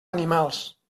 animals